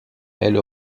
elle